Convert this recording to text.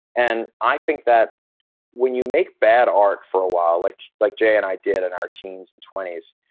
and i think that when you make bad art for a while, like like jay and i did in our teens and twenties,